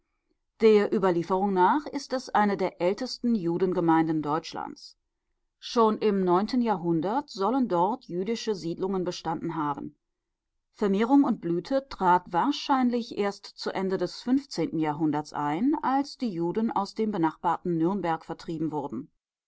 der überlieferung nach ist es eine der ältesten judengemeinden deutschlands schon im neunten jahrhundert sollen dort jüdische siedlungen bestanden haben vermehrung und blüte trat wahrscheinlich erst zu ende des fünfzehnten jahrhunderts ein als die juden aus dem benachbarten nürnberg vertrieben wurden